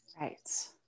Right